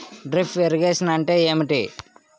Drip irrigation అంటే ఏమిటి?